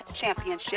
championship